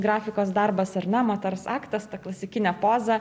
grafikos darbas ar ne moters aktas ta klasikinė poza